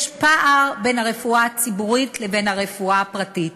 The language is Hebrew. יש פער בין הרפואה הציבורית לבין הרפואה הפרטית,